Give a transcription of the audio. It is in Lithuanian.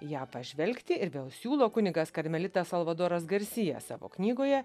ją pažvelgti ir vėl siūlo kunigas karmelitas salvadoras garsija savo knygoje